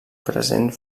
present